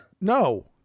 No